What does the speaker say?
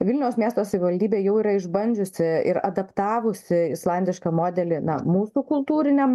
vilniaus miesto savivaldybė jau yra išbandžiusi ir adaptavusi islandišką modelį na mūsų kultūriniam